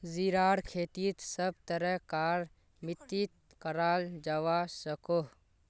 जीरार खेती सब तरह कार मित्तित कराल जवा सकोह